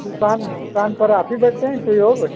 दुकान दुकान पर आप ही बैठते हैं कोई और बैठता है